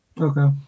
Okay